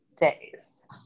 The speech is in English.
days